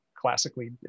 classically